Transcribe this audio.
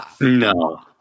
No